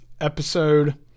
episode